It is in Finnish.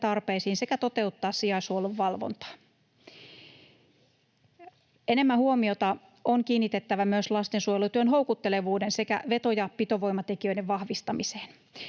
sekä toteuttaa sijaishuollon valvontaa. Enemmän huomiota on kiinnitettävä myös lastensuojelutyön houkuttelevuuden sekä veto- ja pitovoimatekijöiden vahvistamiseen.